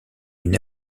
une